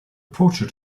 portrait